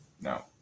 No